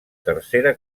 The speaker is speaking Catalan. tercera